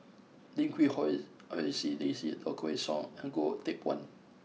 Lim Quee Hong Daisy Low Kway Song and Goh Teck Phuan